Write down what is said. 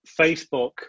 Facebook